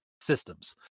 systems